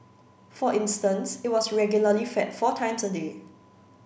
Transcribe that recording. for instance it was regularly fed four times a day